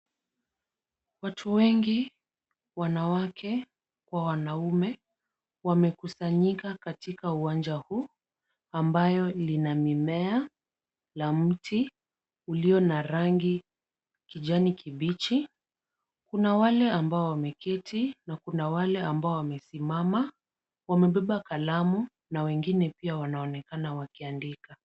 Watu wengi wanawake kwa wanaume wamekusanyika katika uwanja huu ambao una mimea na mti ulio na rangi kijani kibichi. Kuna wale ambao wameketi na kuna wale ambao wamesimama. Wamebeba kalamu na wengine pia wanaonekana wakiandika.